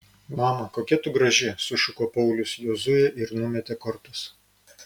mama kokia tu graži sušuko paulius jozuė ir numetė kortas